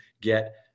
get